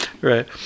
Right